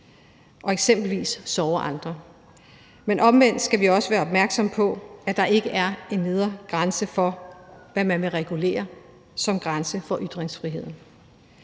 og eksempelvis såre andre, men omvendt skal vi også være opmærksomme på, at der ikke er en nedre grænse for, hvad man vil regulere som grænse for ytringsfriheden.